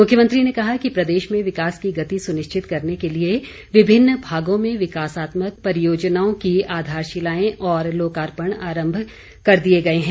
मुख्यमंत्री ने कहा कि प्रदेश में विकास की गति सुनिश्चित करने के लिए विभिन्न भागों में विकासात्मक परियोजनाओं की आधारशिलाएं और लोकापर्ण आरम्भ कर दिए गए हैं